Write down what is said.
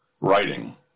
Writing